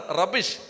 rubbish